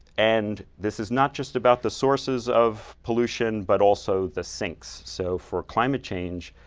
and this is not just about the sources of pollution, but also the sinks. so for climate change,